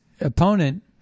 opponent